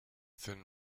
thin